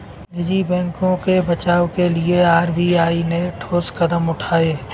निजी बैंकों के बचाव के लिए आर.बी.आई ने ठोस कदम उठाए